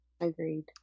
Agreed